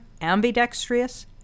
ambidextrous